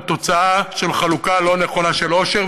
הוא תוצאה של חלוקה לא נכונה של עושר,